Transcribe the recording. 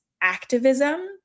activism